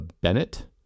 Bennett